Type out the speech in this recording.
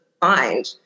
find